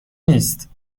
نیست